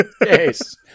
Yes